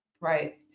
Right